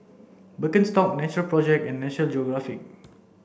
Birkenstock Natural project and National Geographic